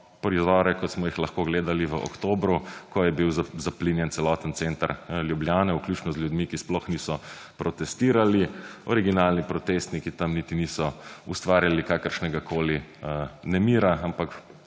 prizore, kot smo jih lahko gledali v oktobru, ko je bil zaplinjen celoten center Ljubljane, vključno z ljudmi, ki sploh niso protestirali, originalni protestniki tam niti niso ustvarjali kakršnegakoli nemira, ampak